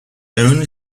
only